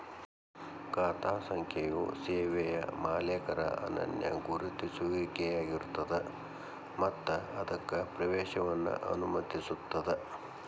ಖಾತಾ ಸಂಖ್ಯೆಯು ಸೇವೆಯ ಮಾಲೇಕರ ಅನನ್ಯ ಗುರುತಿಸುವಿಕೆಯಾಗಿರ್ತದ ಮತ್ತ ಅದಕ್ಕ ಪ್ರವೇಶವನ್ನ ಅನುಮತಿಸುತ್ತದ